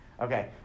Okay